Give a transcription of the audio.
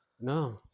No